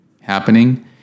happening